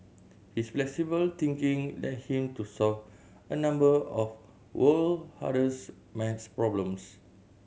his flexible thinking led him to solve a number of world hardest math problems